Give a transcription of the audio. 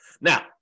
Now